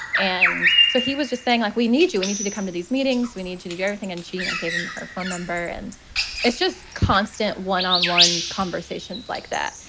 and so he was just saying, like, we need you. we need you to come to these meetings. we need you to do everything. and she gave him her phone number and it's just constant one on one, conversations like that.